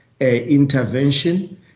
intervention